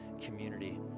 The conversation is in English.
community